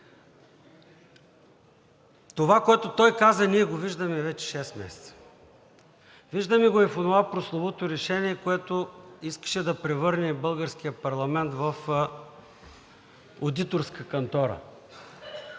това, което той каза, ние го виждаме вече шест месеца. Виждаме го и в онова прословуто решение, което искаше да превърне българския парламент в одиторска кантора.